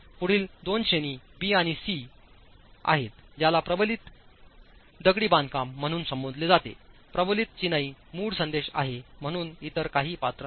पुढील दोन श्रेणी ब आणि क आहेत ज्याला प्रबलित दगडी बांधकाम म्हणून संबोधले जाते प्रबलित चिनाई मूळ संदेश आहे म्हणून इतर काहीही पात्र नाही